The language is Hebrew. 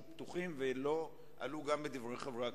פתוחים ולא עלו גם בדברי חברי הכנסת,